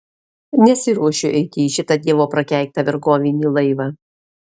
nesiruošiu eiti į šitą dievo prakeiktą vergovinį laivą